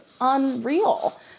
unreal